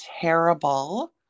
terrible